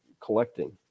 collecting